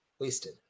Wasted